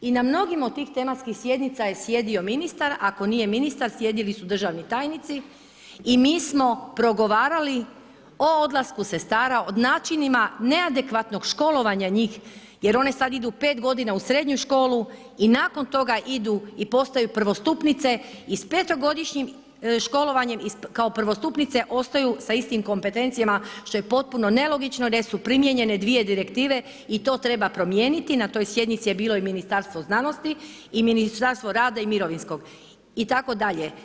I na mnogim od tih tematskih sjednica je sjedio ministar, ako nije ministar, sjedili su državni tajnici i mi smo progovarali o odlasku sestara, o načinima neadekvatnog školovanja njih jer one sad idu 5 g. u srednju školu i nakon toga idu i postaju prvostupnice i s petogodišnjim školovanjem kao prvostupnice, ostaju sa istim kompetencijama što je potpuno nelogično jer su primijenjene dvije direktive i to treba promijeniti, na toj sjednici je bilo i Ministarstvo znanosti i Ministarstvo rada i mirovinskog itd.